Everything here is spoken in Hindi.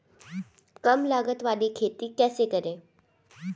कम लागत वाली खेती कैसे करें?